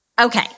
Okay